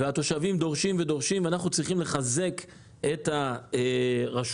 התושבים דורשים ודורשים ואנחנו צריכים לחזק את הרשויות